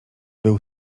był